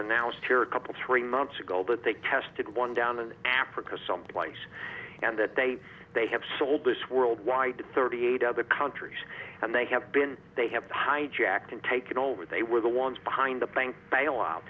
announced here a couple three months ago that they tested one down in africa someplace and that they they have sold this worldwide to thirty eight other countries and they have been they have hijacked and taken over they were the ones behind the bank bailout